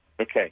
Okay